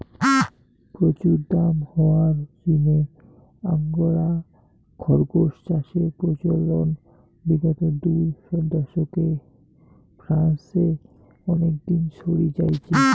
প্রচুর দাম হওয়ার জিনে আঙ্গোরা খরগোস চাষের প্রচলন বিগত দু দশকে ফ্রান্সে অনেকটা ছড়ি যাইচে